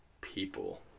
people